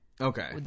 Okay